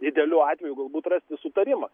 idealiu atveju galbūt rasti sutarimą